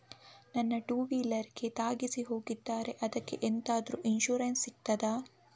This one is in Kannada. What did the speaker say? ನನ್ನ ಟೂವೀಲರ್ ಗೆ ತಾಗಿಸಿ ಹೋಗಿದ್ದಾರೆ ಅದ್ಕೆ ಎಂತಾದ್ರು ಇನ್ಸೂರೆನ್ಸ್ ಸಿಗ್ತದ?